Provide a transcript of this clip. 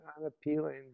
unappealing